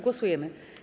Głosujemy.